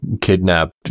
kidnapped